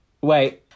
Wait